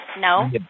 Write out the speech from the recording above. No